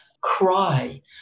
cry